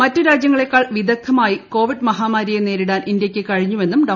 മറ്റ് രാജ്യങ്ങളെക്കാൾ വിദഗ്ദ്ധമായി കോവിഡ് മഹാമാരിയെ നേരിടാൻ ഇന്ത്യയ്ക്ക് കഴിഞ്ഞുവെന്ന് ഡോ